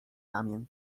ramię